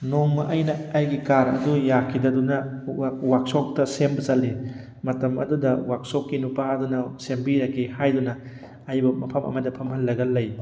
ꯅꯣꯡꯃꯥ ꯑꯩꯅ ꯑꯩꯒꯤ ꯀꯥꯔ ꯑꯗꯨ ꯌꯥꯈꯤꯗꯗꯨꯅ ꯋꯥꯛꯁꯣꯞꯇ ꯁꯦꯝꯕ ꯆꯠꯂꯤ ꯃꯇꯝ ꯑꯗꯨꯗ ꯋꯥꯛꯁꯣꯞꯀꯤ ꯅꯨꯄꯥ ꯑꯗꯨꯅ ꯁꯦꯝꯕꯤꯔꯒꯦ ꯍꯥꯏꯗꯨꯅ ꯑꯩꯕꯨ ꯃꯐꯝ ꯑꯃꯗ ꯐꯝꯍꯜꯂꯒ ꯂꯩ